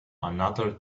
another